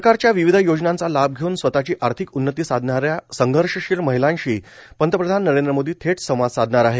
सरकारच्या विविध योजनांचा लाभ घेऊन स्वतःची आर्थिक उन्नती साधणाऱ्या संघर्षशील महिलांशी पंतप्रधान नरेंद्र मोदी थेट संवाद साधणार आहे